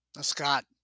Scott